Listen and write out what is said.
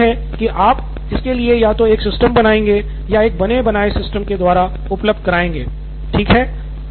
मेरा मतलब है की आप इसके लिए या तो एक सिस्टम बनाएँगे या एक बने बनाए सिस्टम के द्वारा उपलब्ध कराएँगे ठीक है